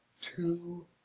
Two